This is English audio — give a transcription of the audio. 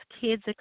kids